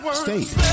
state